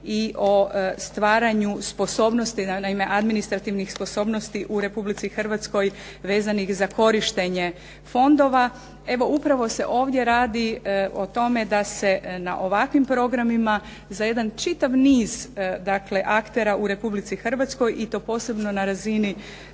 i o stvaranju sposobnosti, naime, administrativnih sposobnosti u Republici Hrvatskoj vezanih za korištenje fondova. Evo upravo se ovdje radi o tome da se na ovakvim programima za jedan čitav niz aktera u Republici Hrvatskoj i to posebno na razini